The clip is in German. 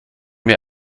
mir